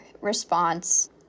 response